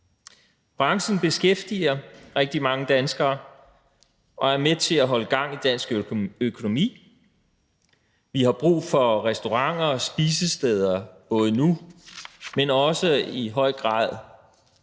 Branchen beskæftiger rigtig mange danskere og er med til at holde gang i dansk økonomi. Vi har brug for restauranter og spisesteder både nu, men også i høj grad